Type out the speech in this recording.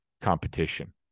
competition